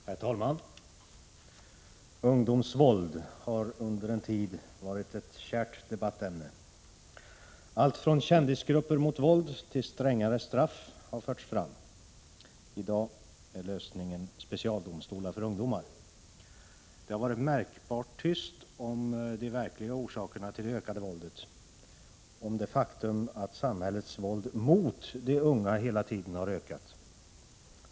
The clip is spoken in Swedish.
Herr talman! Ungdomsvåld har under en tid varit ett kärt debattämne. Allt från kändisgrupper mot våld till strängare straff har förts fram. I dag är lösningen specialdomstolar för ungdomar. Det har varit märkbart tyst om de verkliga orsakerna till det ökade våldet, om det faktum att samhällets våld mot de unga hela tiden har ökat.